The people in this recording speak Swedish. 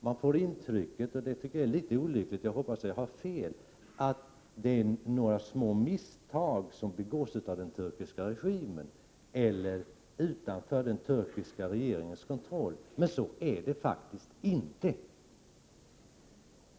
Man får intrycket — och jag tycker att detär litet olyckligt; jag hoppas att jag har fel — att det är några små misstag som begås av den turkiska regimen eller utanför den turkiska regeringens kontroll, men så är det faktiskt inte.